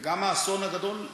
וגם האסון הגדול,